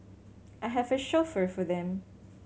I have a chauffeur for them